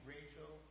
Rachel